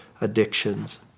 addictions